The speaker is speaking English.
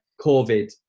covid